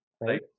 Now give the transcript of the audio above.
right